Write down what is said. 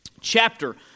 chapter